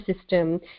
system